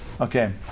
Okay